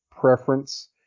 preference